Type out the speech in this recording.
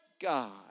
God